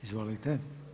Izvolite.